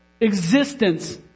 existence